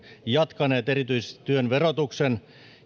jatkaneet erityisesti työn verotuksen